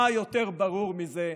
מה יותר ברור מזה?